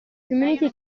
community